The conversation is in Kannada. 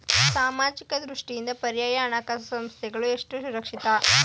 ಸಾಮಾಜಿಕ ದೃಷ್ಟಿಯಿಂದ ಪರ್ಯಾಯ ಹಣಕಾಸು ಸಂಸ್ಥೆಗಳು ಎಷ್ಟು ಸುರಕ್ಷಿತ?